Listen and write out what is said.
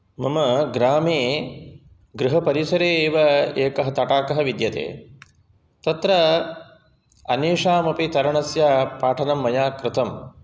मम ग्रामे गृहपरिसरे एव एकः तटाकः विद्यते तत्र अन्येषामपि तरणस्य पाठनं मया कृतम्